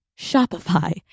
Shopify